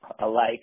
Alike